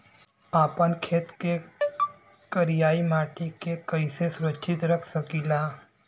आपन खेत के करियाई माटी के कइसे सुरक्षित रख सकी ला?